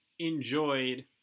enjoyed